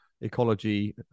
ecology